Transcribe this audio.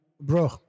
bro